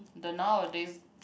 the nowadays